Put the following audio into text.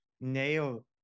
nail